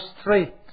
straight